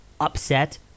upset